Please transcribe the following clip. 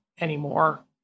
anymore